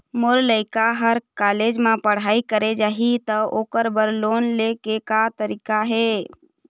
मोर लइका हर कॉलेज म पढ़ई करे जाही, त ओकर बर लोन ले के का तरीका हे?